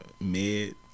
mid